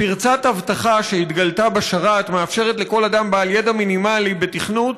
פרצת אבטחה שהתגלתה בשרת מאפשרת לכל אדם בעל ידע מינימלי בתכנות